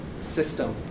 system